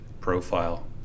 profile